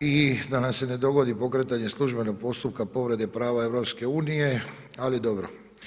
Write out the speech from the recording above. i da nam se ne dogodi pokretanje službenog postupka povrede prava EU ali dobro.